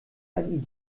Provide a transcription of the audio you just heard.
ein